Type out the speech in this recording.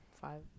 five